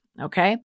okay